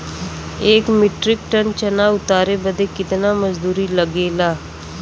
एक metric ton चना उतारे बदे कितना मजदूरी लगे ला?